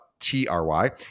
T-R-Y